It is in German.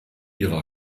ihre